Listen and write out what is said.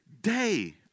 day